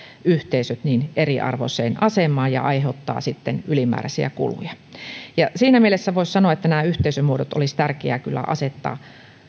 yhteisöt eriarvoiseen asemaan ja aiheuttaa sitten ylimääräisiä kuluja siinä mielessä voisi sanoa että nämä yhteisömuodot olisi tärkeää kyllä asettaa